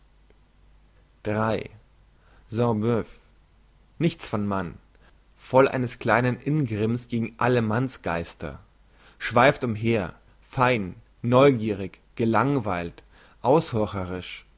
nichts von mann voll eines kleinen ingrimms gegen alle mannsgeister schweift umher fein neugierig gelangweilt